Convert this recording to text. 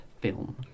film